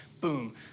Boom